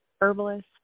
herbalist